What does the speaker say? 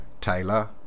Taylor